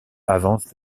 avance